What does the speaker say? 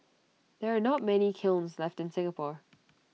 there are not many kilns left in Singapore